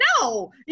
No